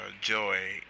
Joy